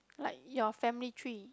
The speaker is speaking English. like your family tree